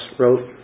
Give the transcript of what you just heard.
wrote